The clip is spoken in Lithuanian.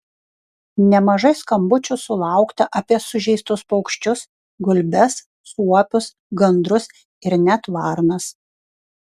nemažai skambučių sulaukta apie sužeistus paukščius gulbes suopius gandrus ir net varnas